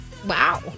Wow